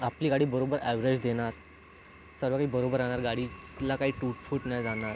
आपली गाडी बरोबर अॅव्हरेज देणार सर्व काही बरोबर राहणार गाडीला काही तुटफूट नाही राहणार